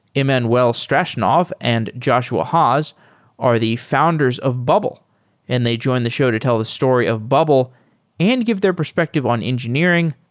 emmanuel straschnov and joshua haas are the founders of bubble and they join the show to tell the story of bubble and give their perspective on engineering,